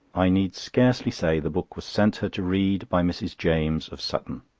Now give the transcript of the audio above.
i need scarcely say the book was sent her to read by mrs. james, of sutton.